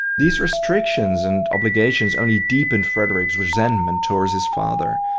these restrictions and obligations only deepened frederick's resentment towards his father,